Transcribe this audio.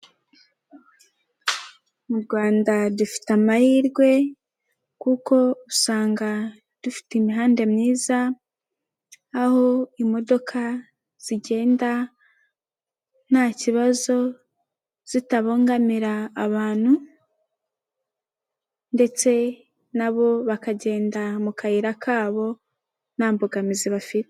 Mu rwanda dufite amahirwe kuko usanga dufite imihanda myiza, aho imodoka zigenda nta kibazo, zitabangamira abantu ndetse nabo bakagenda mu kayira kabo, nta mbogamizi bafite.